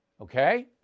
Okay